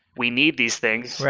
we need these things.